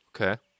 Okay